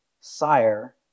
sire